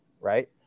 right